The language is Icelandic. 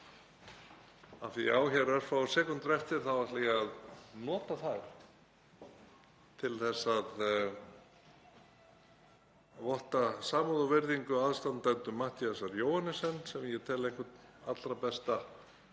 að ég á hér örfáar sekúndur eftir þá ætla ég að nota þær til þess að votta samúð og virðingu aðstandendum Matthíasar Johannessens sem ég tel einhvern allra besta